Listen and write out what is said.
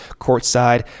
courtside